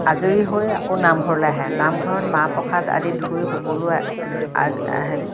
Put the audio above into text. আজৰি হৈ আকৌ নামঘৰলৈ আহে নামঘৰত মাহ প্ৰসাদ আদি ধুই সকলোৱে